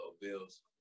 Bills